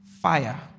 fire